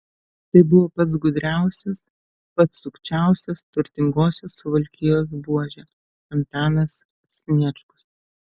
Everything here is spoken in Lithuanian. tai buvo pats gudriausias pats sukčiausias turtingosios suvalkijos buožė antanas sniečkus